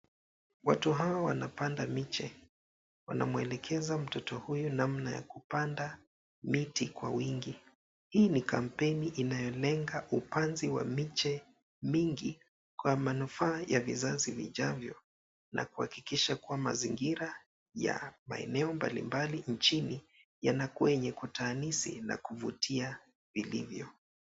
Watu hawa wanapanda miche. Wanamwelekeza mtoto huyu namna ya kupanda miti kwa wingi. Hii ni kampeni inayolenga upanzi wa miche mingi kwa manufaa ya vizazi vijavyo na kuhakikisha kuwa mazingira ya maeneo mbalimbali nchini yanakuwa yenye kutaanisi na kuvutia vilivyo.